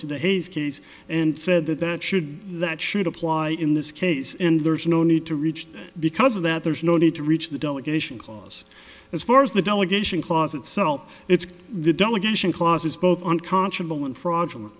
to the hayes case and said that that should that should apply in this case and there's no need to reach because of that there's no need to reach the delegation cause as far as the delegation clause itself it's the delegation clauses both unconscionable and fraud